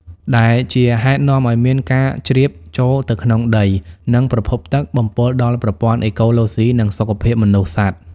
ដែលជាហេតុនាំអោយមាន ការជ្រាបចូលទៅក្នុងដី និងប្រភពទឹក បំពុលដល់ប្រព័ន្ធអេកូឡូស៊ី និងសុខភាពមនុស្សសត្វ។